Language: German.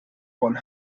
von